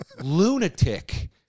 lunatic